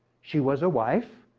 she was a wife.